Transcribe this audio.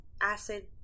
acid